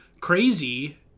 crazy